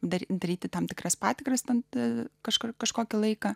dar daryti tam tikras patikras tad kažkur kažkokį laiką